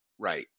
right